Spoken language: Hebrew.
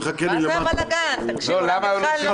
מימוש כספי הפיקדון בשל נגיף הקורונה).